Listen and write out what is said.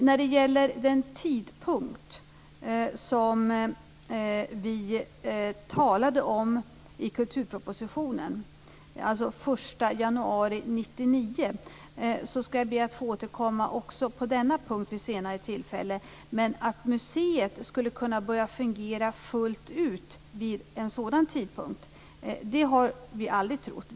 När det gäller den tidpunkt som vi talade om i kulturpropositionen, alltså 1 januari 1999, skall jag också be att få återkomma vid senare tillfälle. Att museet skulle kunna börja fungera fullt ut vid den tidpunkten har vi aldrig trott.